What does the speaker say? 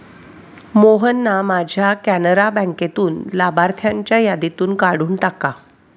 मोहनना माझ्या कॅनरा बँकेतून लाभार्थ्यांच्या यादीतून काढून टाका